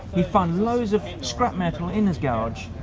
he found loads of scrap metal in his garage,